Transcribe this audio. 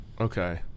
Okay